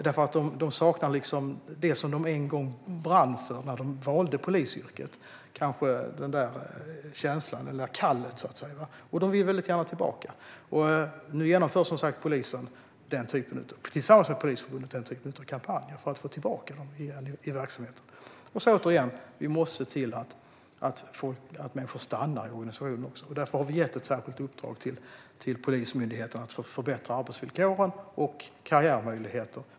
De saknar det de en gång brann för när de valde polisyrket - den där känslan eller kallet, så att säga - och de vill väldigt gärna tillbaka. Nu genomför som sagt polisen, tillsammans med Polisförbundet, den typen av kampanjer för att få tillbaka dem i verksamheten. Vi måste också se till att människor stannar i organisationen. Därför har vi gett ett särskilt uppdrag till Polismyndigheten att förbättra arbetsvillkoren och karriärmöjligheterna.